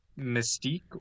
Mystique